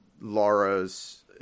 Laura's